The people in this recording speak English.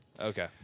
Okay